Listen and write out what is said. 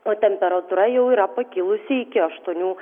o temperatūra jau yra pakilusi iki aštuonių